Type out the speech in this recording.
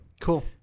Cool